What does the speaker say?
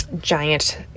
giant